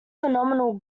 phenomenal